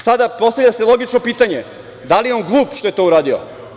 Sada se postavlja logičko pitanje – da li je on glup što je to uradio?